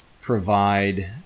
provide